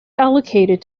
allocated